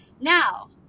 now